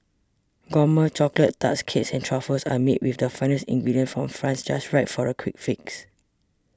gourmet chocolate tarts cakes and truffles are made with the finest ingredients from France just right for a quick fix